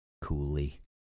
coolly